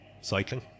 cycling